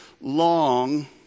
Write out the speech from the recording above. long